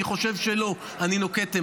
אני חושב שראוי שהכנסת ככנסת תנקוט עמדה